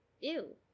Ew